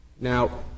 Now